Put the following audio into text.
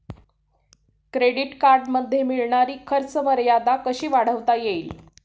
Credit कार्डमध्ये मिळणारी खर्च मर्यादा कशी वाढवता येईल?